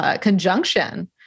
conjunction